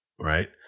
right